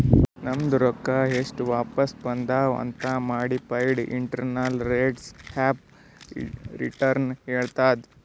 ನಮ್ದು ರೊಕ್ಕಾ ಎಸ್ಟ್ ವಾಪಿಸ್ ಬಂದಾವ್ ಅಂತ್ modified internal rates of return ಹೇಳತ್ತುದ್